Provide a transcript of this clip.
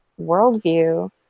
worldview